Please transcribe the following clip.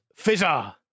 Fizzer